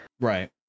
right